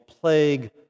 Plague